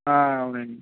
అవునండీ